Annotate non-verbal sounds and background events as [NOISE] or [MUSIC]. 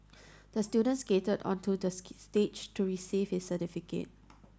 the student skated onto the [UNINTELLIGIBLE] stage to receive his certificate